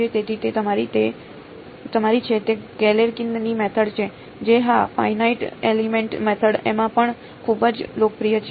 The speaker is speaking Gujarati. તેથી તે તમારી છે તે ગેલેર્કિનની મેથડ છે જે હા ફાઇનાઇટ એલિમેન્ટ મેથડ ઓમાં પણ ખૂબ જ લોકપ્રિય છે